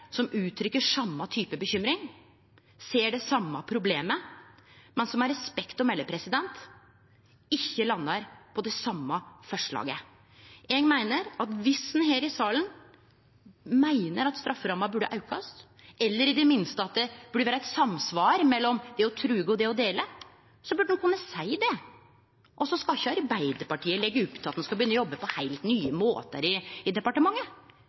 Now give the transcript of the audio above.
som uttrykkjer same type bekymring, og som ser det same problemet, men som med respekt å melde ikkje landar på det same forslaget. Eg meiner at viss ein her i salen meiner at strafferamma burde aukast, eller i det minste at det burde vere samsvar mellom det å truge og det å dele, så burde ein kunne seie det. Arbeidarpartiet skal ikkje leggje opp til at ein skal begynne å jobbe på heilt nye måtar i departementet.